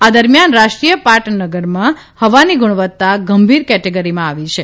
આ દરમિયાન રાષ્ટ્રીય પાટનગરમાં હવાની ગુણવત્તા ગંભીર કેટેગરીમાં આવી છે